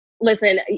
listen